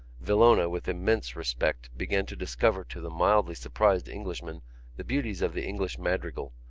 villona, with immense respect, began to discover to the mildly surprised englishman the beauties of the english madrigal,